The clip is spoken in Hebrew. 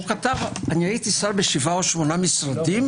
הוא כתב: הייתי שר בשבעה או שמונה משרדים.